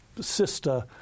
sister